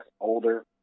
older